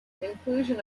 inclusion